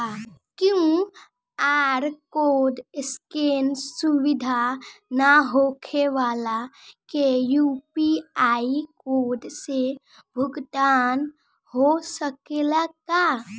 QR code scan सुविधा ना होखे वाला के यू.पी.आई कोड से भुगतान हो सकेला का?